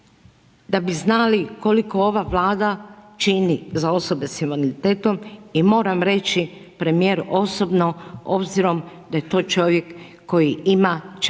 da bi znali koliko ova Vlada čini za osobe sa invaliditetom i moram reći premijer osobno obzirom da je to čovjek koji ima, čak